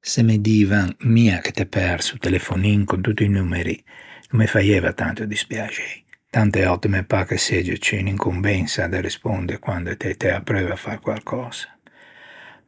Se me divan "mia che t'æ perso o telefonin con tutti i numeri" no me faieiva tanto despiaxei. Tante òtte me pâ ch'a segge ciù unn'incombensa de risponde quande t'ê t'ê apreuo à fâ quarcösa.